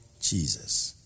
Jesus